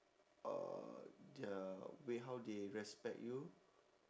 uh their way how they respect you